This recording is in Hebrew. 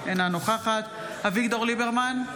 אינה נוכחת אביגדור ליברמן,